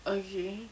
ookay